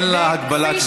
אין לה הגבלת זמן.